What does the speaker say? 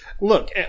look